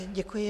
Děkuji.